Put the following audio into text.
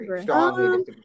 strongly